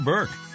Burke